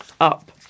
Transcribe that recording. up